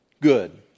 good